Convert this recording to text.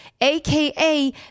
aka